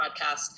Podcast